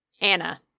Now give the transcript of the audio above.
Anna